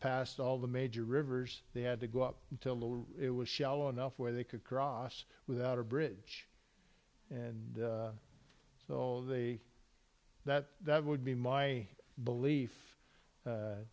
past all the major rivers they had to go up until it was shallow enough where they could cross without a bridge and so that would be my belief